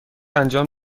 انجام